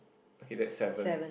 okay that's seven